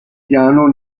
piano